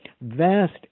vast